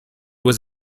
was